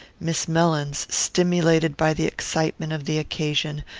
miss mellins, stimulated by the excitement of the occasion,